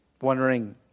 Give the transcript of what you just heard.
Wondering